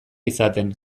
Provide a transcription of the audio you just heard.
izaten